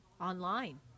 online